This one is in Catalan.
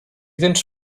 tens